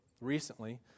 recently